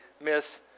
miss